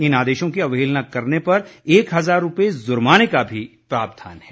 इन आदेशों की अवहेलना पर एक हजार रूपए जुर्माने का प्रावधान है